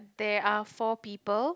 there are four people